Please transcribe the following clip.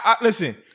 Listen